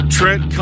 Trent